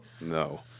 No